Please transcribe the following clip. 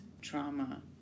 trauma